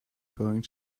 going